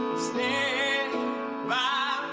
stand by